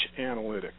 analytics